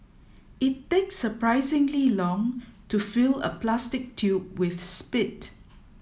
it takes surprisingly long to fill a plastic tube with spit